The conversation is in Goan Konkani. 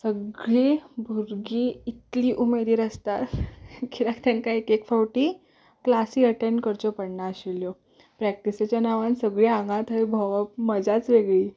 सगळीं भुरगीं इतली उमेदीर आसतात कित्याक तांकां एक एक फावटी क्लासी अटेंड करच्यो पडनाशिल्ल्यो प्रॅक्टीसेच्या नांवान सगलीं हांगा थंय भोंवप मजाच वेगळी